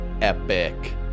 epic